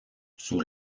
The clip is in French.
sous